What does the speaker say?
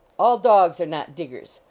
all dogs are not diggers.